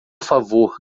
favor